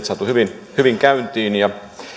saatu hyvin hyvin käyntiin ja